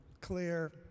clear